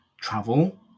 travel